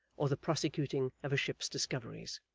or the prosecuting of a ship's discoveries.